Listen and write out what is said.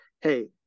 hey